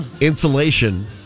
Insulation